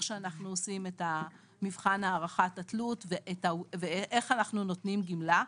אנחנו עושים את מבחן הערכת התלות ואיך אנחנו נותנים גמלה.